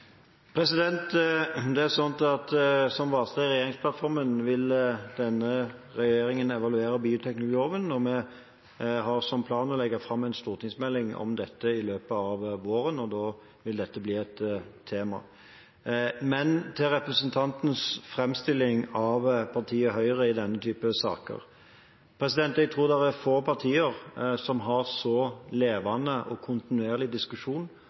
legge fram en stortingsmelding om dette i løpet av våren, og da vil dette bli et tema. Til representantens framstilling av partiet Høyre i denne type saker: Jeg tror det er få partier som har en så levende og kontinuerlig diskusjon